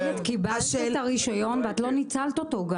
קיבלת את הרישיון, ולא ניצלת אותו.